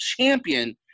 champion